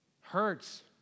Hurts